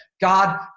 God